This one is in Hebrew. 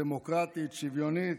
דמוקרטית, שוויונית,